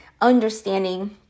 understanding